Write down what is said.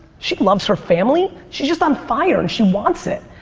she loves her family, she just on fire and she wants it.